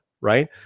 right